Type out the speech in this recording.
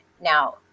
Now